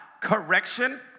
correction